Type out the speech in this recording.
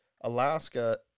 Alaska